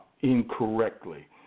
incorrectly